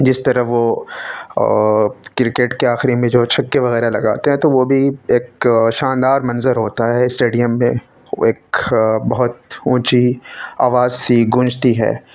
جس طرح وہ کرکٹ کے آخری میں جو چھکے وغیرہ لگاتے ہیں تو وہ بھی ایک شاندار منظر ہوتا ہے اسٹیڈیم میں وہ ایک بہت اونچی آواز سی گونجتی ہے